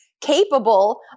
capable